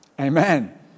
Amen